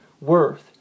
worth